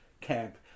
camp